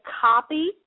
copy